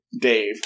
Dave